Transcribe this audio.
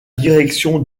direction